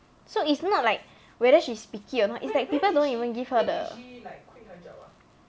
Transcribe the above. so it's not like whether she's picky or not it's like people don't even give her the